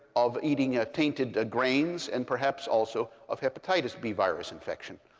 of eating ah tainted grains, and perhaps also of hepatitis b virus infection.